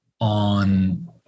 on